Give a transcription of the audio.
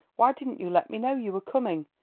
why didn't you let me know you were coming?